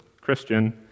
Christian